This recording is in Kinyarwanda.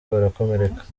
barakomereka